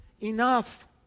enough